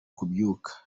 kubyuka